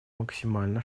максимально